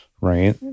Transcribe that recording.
right